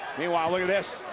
meanwhile, look at this.